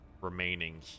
remaining